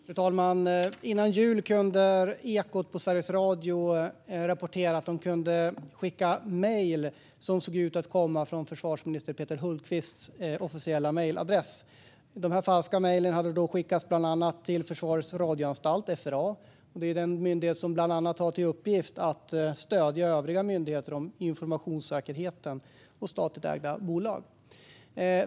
Fru talman! Före jul kunde Ekot på Sveriges Radio rapportera att de kunde skicka mejl som såg ut att komma från försvarsminister Peter Hultqvists officiella mejladress. De falska mejlen hade skickats till bland annat Försvarets radioanstalt, FRA. Det är ju den myndighet som bland annat har till uppgift att stödja övriga myndigheter när det gäller informationssäkerheten hos statligt ägda bolag.